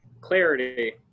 clarity